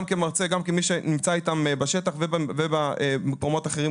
גם כמרצה וגם כמי שנמצא איתם בשטח ובמקומות אחרים,